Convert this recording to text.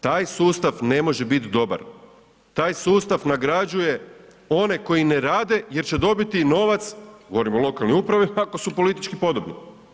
Taj sustav ne može biti dobar, taj sustav nagrađuje one koji ne rade jer će dobiti novac, govorim o lokalnoj upravi, ako su politički podobni.